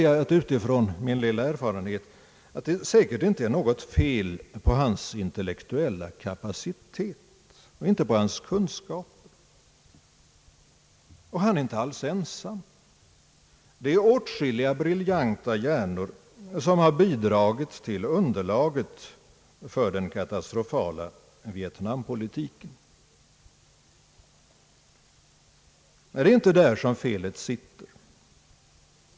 Utifrån min lilla erfarenhet får jag nog säga att det säkert inte är något fel på den här mannens intellektuella kapacitet och inte på hans kunskaper. Han är inte alls ensam, Det är åtskilliga briljanta hjärnor som har bidragit till underlaget för den katastrofala Vietnampolitiken. Det är inte där som felet sitter.